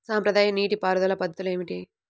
సాంప్రదాయ నీటి పారుదల పద్ధతులు ఏమిటి?